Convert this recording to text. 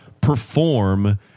perform